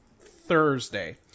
Thursday